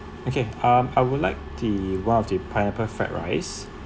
okay um I would like the one of the pineapple fried rice